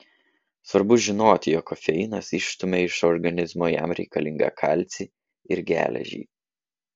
svarbu žinoti jog kofeinas išstumia iš organizmo jam reikalingą kalcį ir geležį